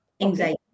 anxiety